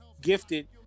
gifted